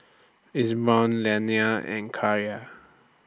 Liana and